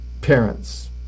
parents